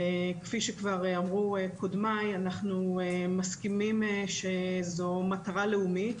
וכפי שכבר אמרו קודמיי אנחנו מסכימים שזו מטרה לאומית,